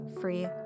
free